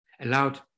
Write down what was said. allowed